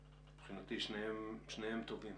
מבחינתי שניהם טובים.